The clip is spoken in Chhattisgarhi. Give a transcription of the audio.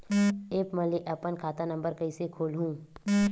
एप्प म ले अपन खाता नम्बर कइसे खोलहु?